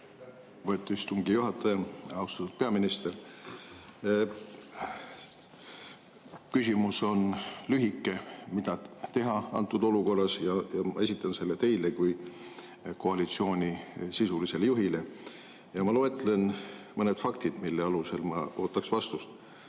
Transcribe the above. istungi juhataja! Austatud peaminister! Küsimus on lühike: mida teha antud olukorras? Ma esitan selle teile kui koalitsiooni sisulisele juhile. Ma loetlen mõned faktid, mille alusel ma ootan vastust.